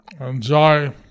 enjoy